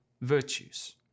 virtues